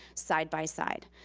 side by side.